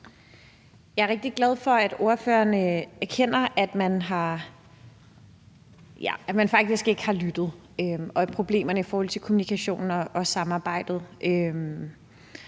Jeg er rigtig glad for, at ordføreren erkender, at man faktisk ikke har lyttet, og at der har været problemer med kommunikationen og samarbejdet.